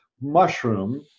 mushroom